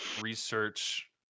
research